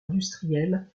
industriel